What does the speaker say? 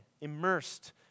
immersed